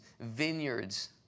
vineyards